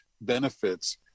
benefits